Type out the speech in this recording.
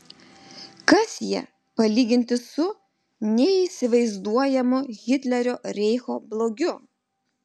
kas jie palyginti su neįsivaizduojamu hitlerio reicho blogiu